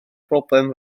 broblem